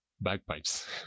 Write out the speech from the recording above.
bagpipes